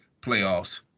Playoffs